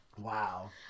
Wow